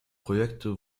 projekte